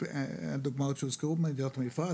הדוגמאות שהוזכרו הם מדינות המפרץ,